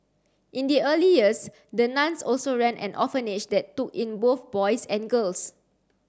in the early years the nuns also ran an orphanage that took in both boys and girls